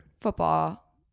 football